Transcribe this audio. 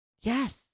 Yes